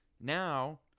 now